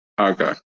okay